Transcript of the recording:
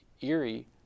Erie